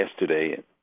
yesterday